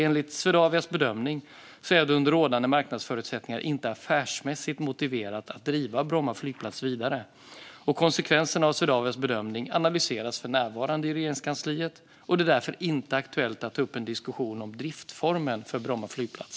Enligt Swedavias bedömning är det under rådande marknadsförutsättningar inte affärsmässigt motiverat att driva Bromma flygplats vidare. Konsekvenserna av Swedavias bedömning analyseras för närvarande i Regeringskansliet. Det är därför inte aktuellt att ta upp en diskussion om driftsformen för Bromma flygplats.